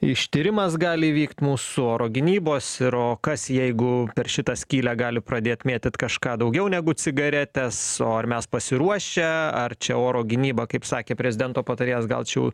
ištyrimas gali vykt mūsų oro gynybos ir o kas jeigu per šitą skylę gali pradėt mėtyt kažką daugiau negu cigaretes o ar mes pasiruošę ar čia oro gynyba kaip sakė prezidento patarėjas gal čia jau